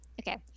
Okay